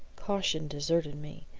caution deserted me,